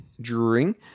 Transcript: Drawing